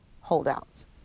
holdouts